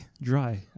Dry